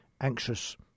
anxious